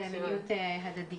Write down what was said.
אני